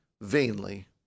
vainly